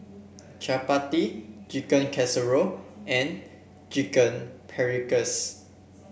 Chapati Chicken Casserole and Chicken Paprikas